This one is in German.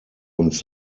uns